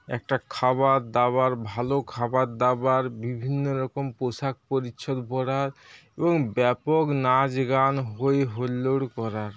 একটা খাবার দাবার ভালো খাবার দাবার বিভিন্ন রকম পোষাক পরিচ্ছদ পরার এবং ব্যাপক নাচ গান হইহুল্লোড় করা